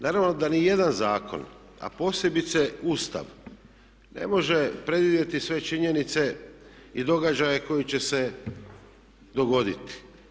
Naravno da ni jedan zakon, a posebice Ustav ne može predvidjeti sve činjenice i događaje koji će se dogoditi.